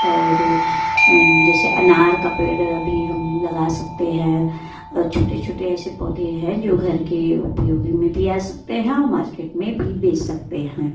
और जैसे अनार का पेड़ अभी हम लगा सकते है छोटे छोटे ऐसे पौधे हैं जो घर के उपयोगी में भी आ सकते हैं और मार्केट में भी बेच सकते हैं